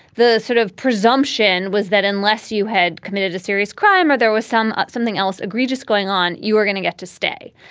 the sort of presumption was that unless you had committed a serious crime or there was some ah something else egregious going on, you were gonna get to stay.